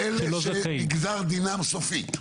אלה שנגזר דינם סופית.